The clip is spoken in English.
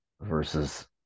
versus